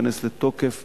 שייכנס לתוקף